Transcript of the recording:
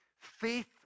Faith